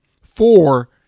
four